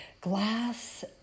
glass